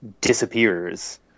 disappears